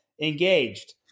engaged